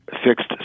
fixed